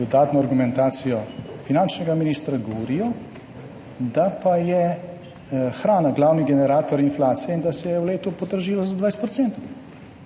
dodatno argumentacijo finančnega ministra govorijo, da je pa hrana glavni generator inflacije in da se je v letu podražila za 20 %.